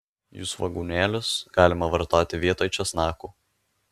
jų svogūnėlius galima vartoti vietoj česnakų